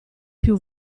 più